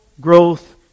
growth